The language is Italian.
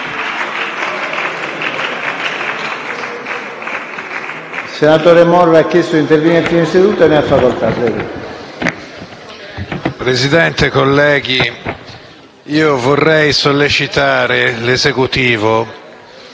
Presidente, colleghi, vorrei sollecitare l'Esecutivo